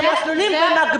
אלה שני מסלולים במקביל.